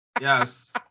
Yes